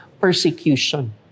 persecution